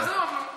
עזוב, נו.